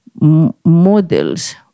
models